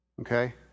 Okay